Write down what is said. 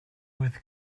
with